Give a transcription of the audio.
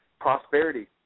prosperity